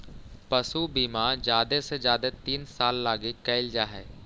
पशु बीमा जादे से जादे तीन साल लागी कयल जा हई